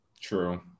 True